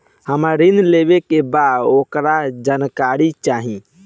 हमरा ऋण लेवे के बा वोकर जानकारी चाही